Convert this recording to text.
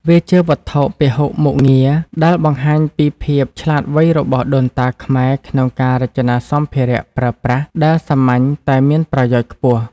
វាជា វត្ថុពហុមុខងារ ដែលបង្ហាញពីភាពឆ្លាតវៃរបស់ដូនតាខ្មែរក្នុងការរចនាសម្ភារៈប្រើប្រាស់ដែលសាមញ្ញតែមានប្រយោជន៍ខ្ពស់។